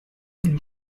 than